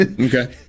Okay